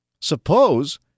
Suppose